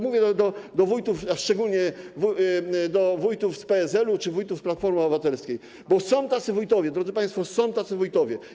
Mówię to szczególnie do wójtów z PSL-u czy wójtów z Platformy Obywatelskiej, bo są tacy wójtowie, drodzy państwo, są tacy wójtowie.